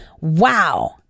Wow